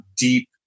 deep